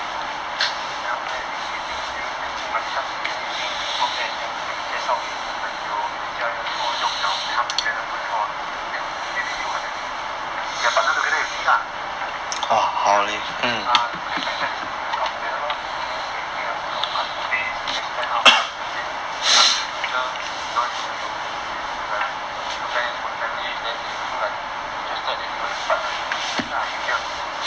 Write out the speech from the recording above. then after that you can use use then 用了一下子 then you think not bad then after that you 介绍给你的朋友你的家人 all then 用了他们觉得不错 then maybe you can then they are partnered together with me lah then he ask me err we can franchise this business out together lor then you know you can get your own customer base you expand out then end up in the future you know you you maybe your friend your families then they will show like interested and you want to partner with you there lah you get what I mean